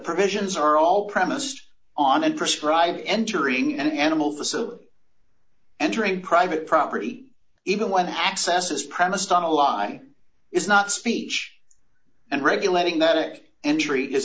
provisions are all premised on and prescribe entering an animal the so entering private property even when access is premised on a lie is not speech and regulating that entry is